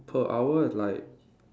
per hour is like